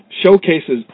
showcases